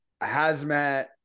hazmat